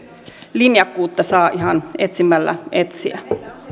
linjakkuutta saa ihan etsimällä etsiä